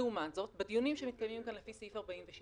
לעומת זאת, בדיונים שמתקיימים כאן על פי סעיף 46